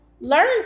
learn